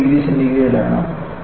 5 degree centigrade ആണ്